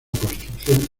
construcción